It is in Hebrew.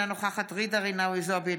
אינה נוכחת ג'ידא רינאוי זועבי,